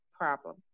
problem